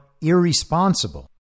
irresponsible